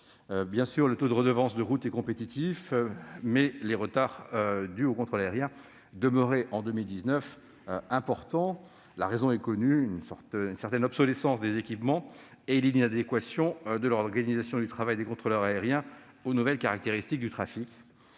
Si le taux de la redevance de route est compétitif, les retards dus au contrôle aérien demeuraient importants en 2019. Les raisons sont connues : une certaine obsolescence des équipements et l'inadéquation de l'organisation du travail des contrôleurs aériens aux nouvelles caractéristiques du trafic.